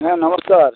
হ্যাঁ নমস্কার